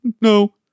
No